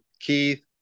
Keith